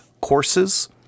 courses